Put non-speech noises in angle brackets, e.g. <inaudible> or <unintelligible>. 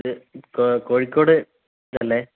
ഇത് കോഴിക്കോട് <unintelligible> ല്ലേ